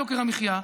יוקר המחיה,